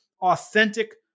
authentic